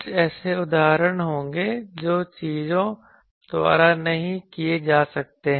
कुछ ऐसे उदाहरण होंगे जो चीजों द्वारा नहीं किए जा सकते हैं